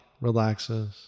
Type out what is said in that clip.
relaxes